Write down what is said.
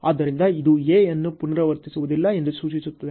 ಆದ್ದರಿಂದ ಇದು A ಅನ್ನು ಪುನರಾವರ್ತಿಸುವುದಿಲ್ಲ ಎಂದು ಸೂಚಿಸುತ್ತದೆ